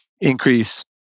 increase